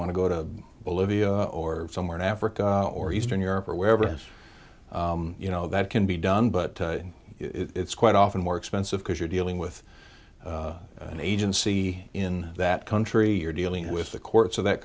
want to go to bolivia or somewhere in africa or eastern europe or wherever else you know that can be done but it's quite often more expensive because you're dealing with an agency in that country you're dealing with the courts of that